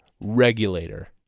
Regulator